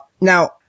Now